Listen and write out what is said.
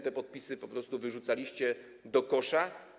Te podpisy po prostu wyrzucaliście do kosza.